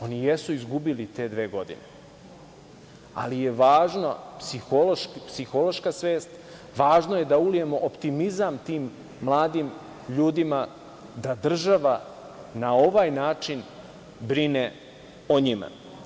Oni jesu izgubili te dve godine, ali je važno, psihološka svest, važno je da ulijemo optimizam tim mladim ljudima da država na ovaj način brine o njima.